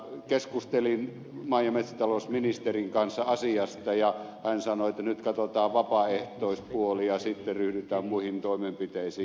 keskustelin maa ja metsätalousministerin kanssa asiasta ja hän sanoi että nyt katsotaan vapaaehtoispuoli ja sitten ryhdytään muihin toimenpiteisiin